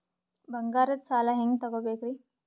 ಬಂಗಾರದ್ ಸಾಲ ಹೆಂಗ್ ತಗೊಬೇಕ್ರಿ?